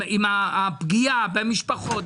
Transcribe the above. עם פגיעה במשפחות,